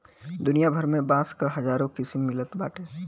दुनिया भर में बांस क हजारो किसिम मिलत बाटे